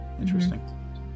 Interesting